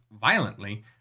violently